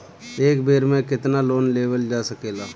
एक बेर में केतना लोन लेवल जा सकेला?